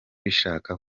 bishaka